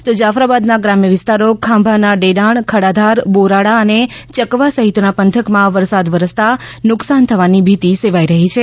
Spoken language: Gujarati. તો જાફરાબાદનાં ગ્રામ્ય વિસ્તારો ખાભાંનાં ડેડાણ ખડાધાર બોરાળા અને ચકવા સહિતનાં પંથકમાં વરસાદ વરસતાં નુકસાન થવાની ભીતી સેવાઈ રહી છે